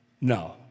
No